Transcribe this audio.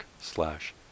slash